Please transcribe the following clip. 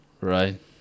right